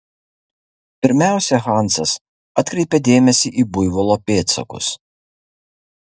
pirmiausia hansas atkreipė dėmesį į buivolo pėdsakus